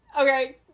okay